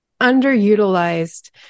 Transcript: underutilized